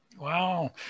Wow